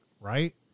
Right